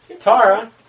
Tara